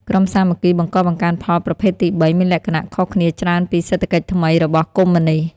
ក្រុមសាមគ្គីបង្កបង្កើនផលប្រភេទទី៣ មានលក្ខណៈខុសគ្នាច្រើនពី "សេដ្ឋកិច្ចថ្មី" របស់កុម្មុយនិស្ត។